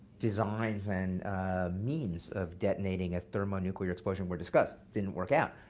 designs and means of detonating a thermonuclear explosion were discussed. didn't work out.